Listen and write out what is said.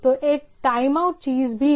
तो एक टाइमआउट चीज भी है